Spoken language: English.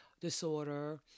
disorder